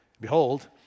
Behold